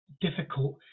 difficult